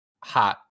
hot